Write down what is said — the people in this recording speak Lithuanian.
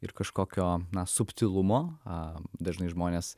ir kažkokio na subtilumo dažnai žmonės